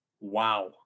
Wow